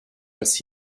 als